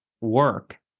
work